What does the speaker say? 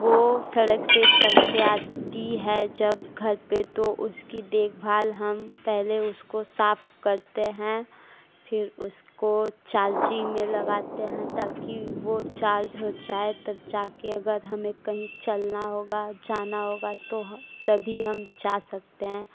वह सड़क पर चल कर आती है जब घर पर तो उसकी देखभाल हम पहले उसको साफ़ करते हैं फिर उसको चार्जिंग में लगाते हैं ताकि वह चार्ज हो जाए तब जा कर अगर हमें कहीं चलना होगा जाना होगा तो ह तभी हम जा सकतें हैं